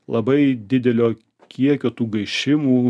labai didelio kiekio tų gaišimų